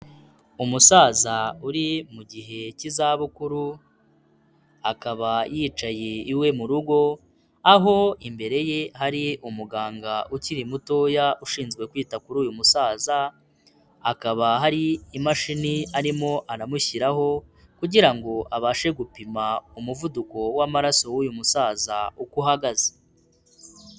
Umusaza uri mu gihe k'izabukuru, akaba yicaye iwe mu rugo aho imbere ye hari umuganga ukiri mutoya ushinzwe kwita kuri uyu musaza, akaba hari imashini arimo aramushyiraho kugira ngo abashe gupima umuvuduko w'amaraso w'uyu musaza uko uhagaze.